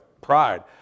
pride